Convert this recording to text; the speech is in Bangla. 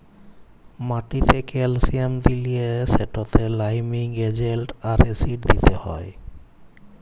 মাটিতে ক্যালসিয়াম দিলে সেটতে লাইমিং এজেল্ট আর অ্যাসিড দিতে হ্যয়